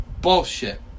Bullshit